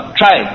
try